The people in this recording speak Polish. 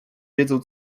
wiedzą